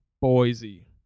Boise